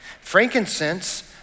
Frankincense